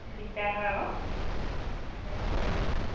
দিগদাৰ হয় আকৌ